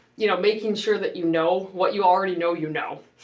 you know, making sure that you know, what you already know you know.